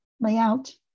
layout